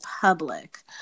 public